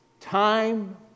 Time